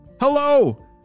Hello